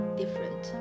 different